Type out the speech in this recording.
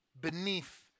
beneath